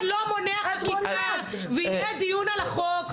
אף אחד לא מונע חקיקה, ויהיה דיון על החוק.